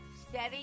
steady